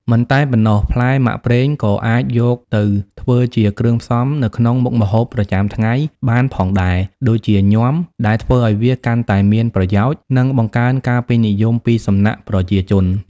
មិនតែប៉ុណ្ណោះ ផ្លែមាក់ប្រេងក៏អាចយកទៅធ្វើជាគ្រឿងផ្សំនៅក្នុងមុខម្ហូបប្រចាំថ្ងៃបានផងដែរ ដូចជា ញាំ ដែលធ្វើឲ្យវាកាន់តែមានប្រយោជន៍ និងបង្កើនការពេញនិយមពីសំណាក់ប្រជាជន។